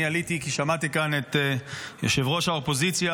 אני עליתי כי שמעתי כאן את ראש האופוזיציה,